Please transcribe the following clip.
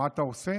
מה אתה עושה?